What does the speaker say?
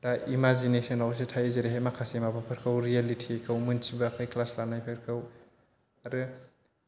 दा इमेजिनेश'नावसो थायो जेरैहाय माखासे माबाफोरखौ रियेलिटिखौ मिथिबोयाखै क्लास लानायफोरखौ आरो